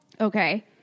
Okay